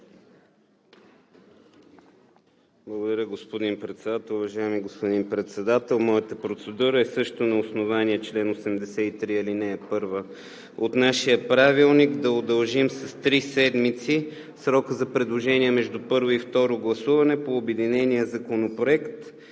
Благодаря, господин Председател. Уважаеми господин Председател, моята процедура е също на основание чл. 83, ал.1 от нашия правилник – да удължим с три седмици срока за предложение между първо и второ гласуване по обединения законопроект,